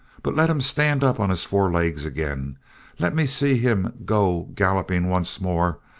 but let him stand up on his four legs again let me see him go galloping once more,